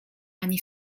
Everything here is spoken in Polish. ani